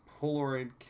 Polaroid